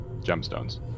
gemstones